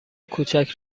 کوچک